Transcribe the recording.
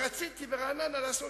שבל"ר, שימוש ברכב ללא רשות.